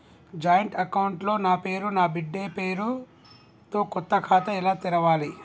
Joint account లో నా పేరు నా బిడ్డే పేరు తో కొత్త ఖాతా ఎలా తెరవాలి?